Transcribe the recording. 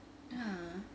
ya